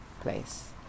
place